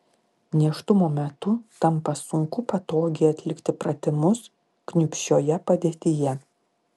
nėštumo metu tampa sunku patogiai atlikti pratimus kniūpsčioje padėtyje